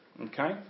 Okay